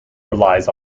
relies